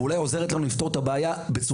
ואולי אף עוזרת לנו לפתור את הבעיה בצורה